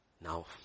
now